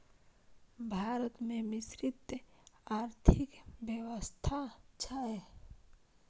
भारत मे मिश्रित आर्थिक व्यवस्था छै